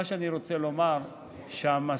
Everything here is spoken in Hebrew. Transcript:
מה שאני רוצה לומר הוא שהמשרד,